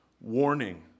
warning